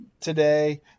today